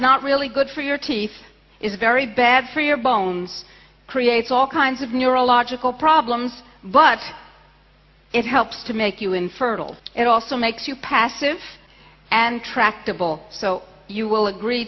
not really good for your teeth is very bad for your bones creates all kinds of neurological problems but it helps to make you infertile it also makes you passive and tractable so you will agree